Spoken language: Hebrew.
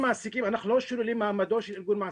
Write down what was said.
אנחנו לא שוללים ממעמדו של ארגון מעסיקים.